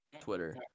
Twitter